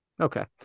Okay